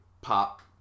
pop